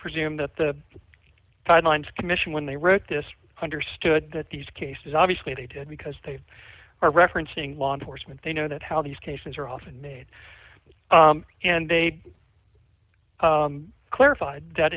presume that the fine lines commission when they wrote this understood that these cases obviously they did because they are referencing law enforcement they know that how these cases are often made and they clarified that